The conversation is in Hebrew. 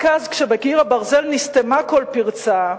רק אז, כשבקיר הברזל נסתמה כל פרצה,